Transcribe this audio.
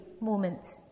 moment